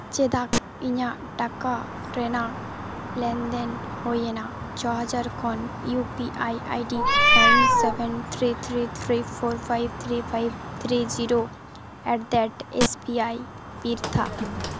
ᱪᱮᱫᱟᱜ ᱤᱧᱟᱹᱜ ᱴᱟᱠᱟ ᱨᱮᱱᱟᱜ ᱞᱮᱱᱫᱮᱱ ᱦᱩᱭᱮᱱᱟ ᱪᱷᱚ ᱦᱟᱡᱟᱨ ᱠᱷᱚᱱ U P I ID nine seven three three three four five three five three zero ᱮᱹᱴᱼᱫᱮᱴ ᱮᱥ ᱵᱤ ᱟᱭ ᱵᱤᱨᱛᱷᱟ